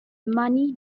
money